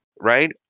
right